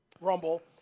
Rumble